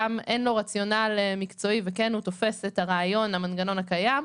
גם אין לו רציונל מקצועי וכן הוא תופס את רעיון המנגנון הקיים,